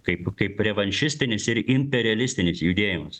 kaip kaip revanšistinis ir imperialistinis judėjimas